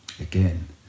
Again